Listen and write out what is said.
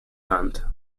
hand